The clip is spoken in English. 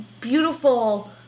beautiful